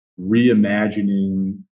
reimagining